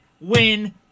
win